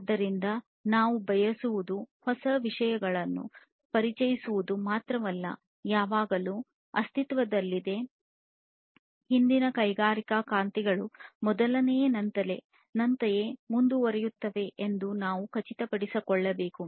ಆದ್ದರಿಂದ ನಾವು ಬಯಸುವುದು ಹೊಸ ವಿಷಯಗಳನ್ನು ಪರಿಚಯಿಸುವುದು ಮಾತ್ರವಲ್ಲ ಯಾವುದಾದರೂ ಅಸ್ತಿತ್ವದಲ್ಲಿದೆ ಹಿಂದಿನ ಕೈಗಾರಿಕಾ ಕ್ರಾಂತಿಗಳು ಮೊದಲಿನಂತೆಯೇ ಮುಂದುವರಿಯುತ್ತವೆ ಎಂದು ನಾವು ಖಚಿತಪಡಿಸಿಕೊಳ್ಳಬೇಕು